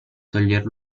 toglier